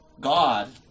God